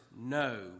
no